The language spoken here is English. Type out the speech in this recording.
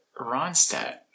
Ronstadt